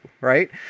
right